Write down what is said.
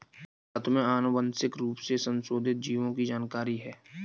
क्या तुम्हें आनुवंशिक रूप से संशोधित जीवों की जानकारी है?